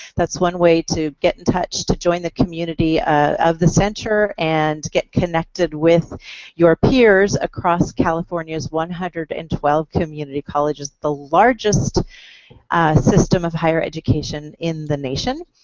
that's one way to get in touch to join the community of the center and get connected with your peers across california's one hundred and twelve community colleges, the largest system of higher education in the nation.